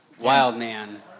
Wildman